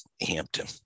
Hampton